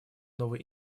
новый